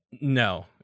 No